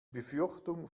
befürchtung